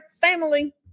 family